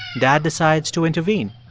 dad decides to intervene